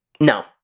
No